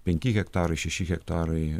penki hektarai šeši hektarai